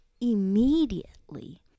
immediately